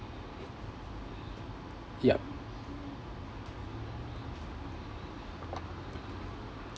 yup